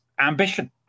ambition